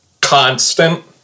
Constant